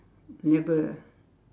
never ah